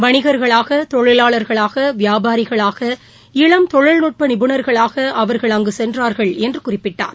வணிகர்களாக தொழிலாளர்களாக விபாபாரிகளாக இளம் தொழில்நுட்ப நிபுணர்களாக அவர்கள் அங்கு சென்றார்கள் என்று குறிப்பிட்டார்